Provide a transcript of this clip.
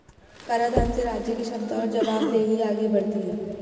कराधान से राज्य की क्षमता और जवाबदेही आगे बढ़ती है